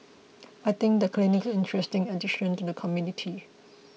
I think the clinic is an interesting addition to the community